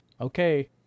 okay